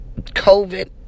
COVID